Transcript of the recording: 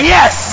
Yes